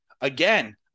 again